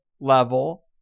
level